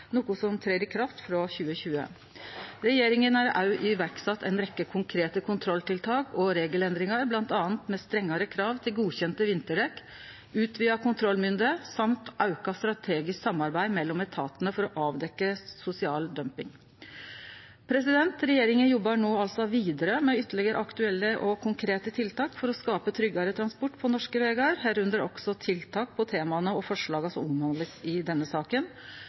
noko som trer i kraft frå 2020. Regjeringa har òg sett i verk ei rekkje konkrete kontrolltiltak og regelendringar, bl.a. med strengare krav til godkjende vinterdekk, utvida kontrollmyndigheit og auka strategisk samarbeid mellom etatane for å avdekkje sosial dumping. Regjeringa jobbar no altså vidare med ytterlegare aktuelle og konkrete tiltak for å skape tryggare transport på norske vegar, under dette også tiltak som gjeld temaa og forslaga